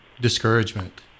discouragement